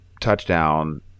touchdown